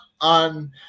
on